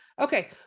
Okay